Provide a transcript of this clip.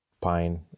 pine